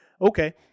Okay